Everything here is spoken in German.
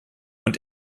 und